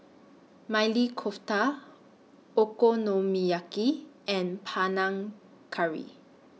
Maili Kofta Okonomiyaki and Panang Curry